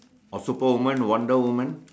or superwoman or wonder woman